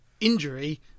injury